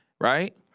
right